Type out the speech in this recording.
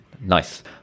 nice